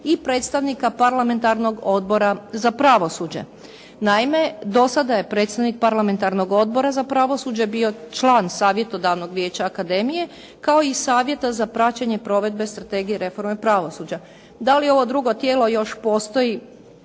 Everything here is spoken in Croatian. i predstavnika Parlamentarnog odbora za pravosuđe. Naime, do sada je predstavnik Parlamentarnog odbora za pravosuđe bio član savjetodavnog Vijeća akademije, kao i savjeta za praćenje provedbe Strategije reforme pravosuđa? Da li ovo drugo tijelo još postoji?